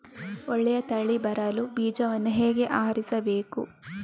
ಒಳ್ಳೆಯ ತಳಿ ಬರಲು ಬೀಜವನ್ನು ಹೇಗೆ ಆರಿಸಬೇಕು?